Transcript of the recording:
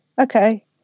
okay